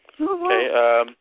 Okay